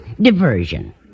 Diversion